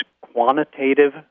quantitative